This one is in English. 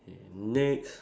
K next